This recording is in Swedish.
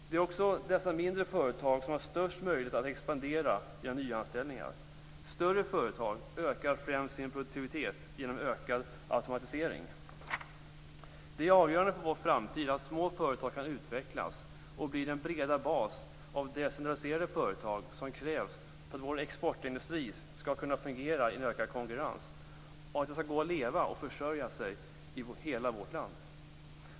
Det är också dessa mindre företag som har störst möjlighet att expandera genom nyanställningar. Större företag ökar främst sin produktivitet genom ökad automatisering. Det är avgörande för vår framtid att små företag kan utvecklas och bli den breda bas av decentraliserade företag som krävs för att vår exportindustri skall kunna fungera i en ökad konkurrens och för att det skall gå att leva och försörja sig i hela vårt land.